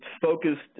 focused